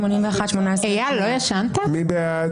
17,721 עד 17,740. מי בעד?